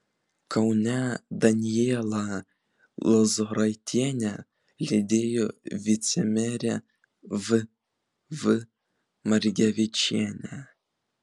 kaune danielą lozoraitienę lydėjo vicemerė v v margevičienė